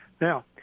Now